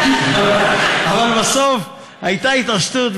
אבל בסוף הייתה התעשתות,